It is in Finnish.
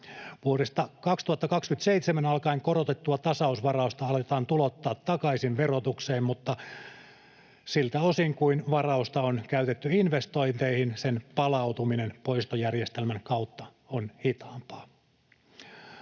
Vuodesta 2027 alkaen korotettua tasausvarausta aletaan tulouttaa takaisin verotukseen, mutta siltä osin kuin varausta on käytetty investointeihin, sen palautuminen poistojärjestelmän kautta on hitaampaa.